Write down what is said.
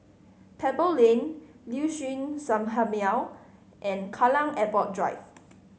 Pebble Lane Liuxun Sanhemiao and Kallang Airport Drive